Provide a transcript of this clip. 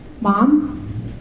Mom